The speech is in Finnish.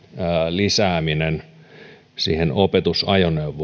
lisääminen opetusajoneuvoon